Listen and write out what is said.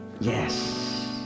yes